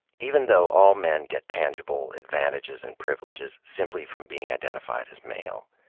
even though all men get tangible advantages and privileges simply from being identified as male,